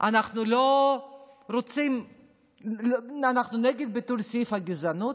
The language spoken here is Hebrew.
אנחנו לא רוצים, אנחנו נגד ביטול סעיף הגזענות.